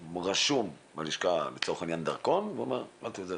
רשום בלשכה, לצורך העניין, דרכון, ואומרים, לא,